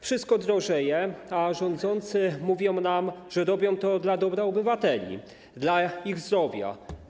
Wszystko drożeje, a rządzący mówią nam, że robią to dla dobra obywateli, dla ich zdrowia.